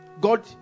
god